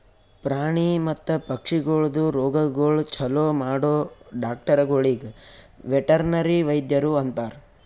ಪ್ರಾಣಿ ಮತ್ತ ಪಕ್ಷಿಗೊಳ್ದು ರೋಗಗೊಳ್ ಛಲೋ ಮಾಡೋ ಡಾಕ್ಟರಗೊಳಿಗ್ ವೆಟರ್ನರಿ ವೈದ್ಯರು ಅಂತಾರ್